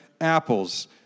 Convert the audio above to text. apples